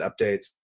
updates